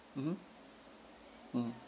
mmhmm mm